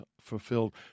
fulfilled